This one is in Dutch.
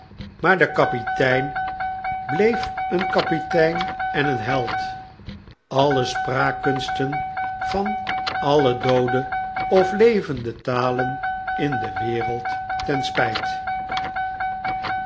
maar de kapitein bleef een kapitein en een held alien spraakkunsten van alle doode of levende talen in de wereld ten spijt